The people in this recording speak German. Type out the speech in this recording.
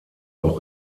auch